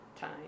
time